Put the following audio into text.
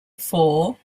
for